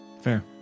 Fair